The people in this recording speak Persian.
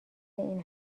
این